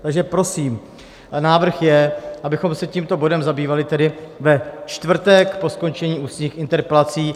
Takže prosím, návrh je, abychom se tímto bodem zabývali tedy ve čtvrtek po skončení ústních interpelací.